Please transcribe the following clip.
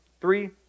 three